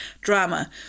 Drama